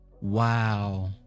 Wow